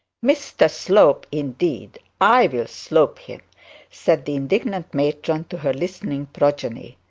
mr slope, indeed! i'll slope him said the indignant matron to her listening progeny.